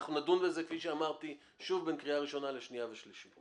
אנחנו נדון בזה כפי שאמרתי שוב בין קריאה ראשונה לבין שנייה ושלישית.